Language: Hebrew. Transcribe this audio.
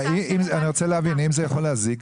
אני רוצה להבין אם זה יכול להזיק.